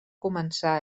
començar